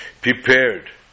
prepared